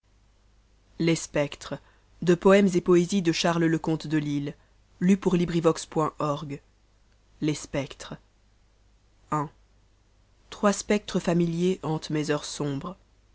ne les spectres trois spectres familiers hantent mes heures sombres